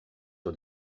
sur